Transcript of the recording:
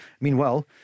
Meanwhile